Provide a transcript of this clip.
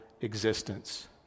existence